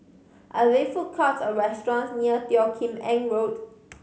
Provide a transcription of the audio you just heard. are there food courts or restaurants near Teo Kim Eng Road